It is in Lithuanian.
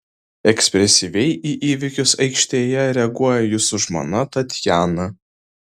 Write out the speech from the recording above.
ekspresyviai į įvykius aikštėje reaguoja jūsų žmona tatjana